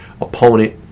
opponent